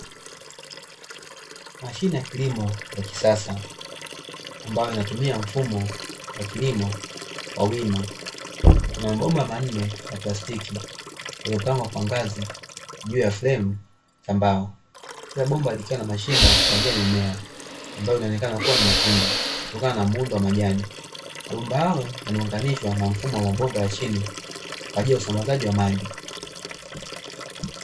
Mashine ya kilimo ya kisasa ambayo inatumia mfumo wa kilimo wa wima kuna mabomba manne ya plastiki yaliopangwa kwa ngazi juu ya fremu ya mbao, kila bomba likiwa na mashimo ya kupandia mimea ambayo inaonekana kuwa ni matunda kutokana na muundo wa majani. Mabomba hayo yameunganishwa na mfumo wa mabomba ya chini kwa ajili ya usambazaji wa maji.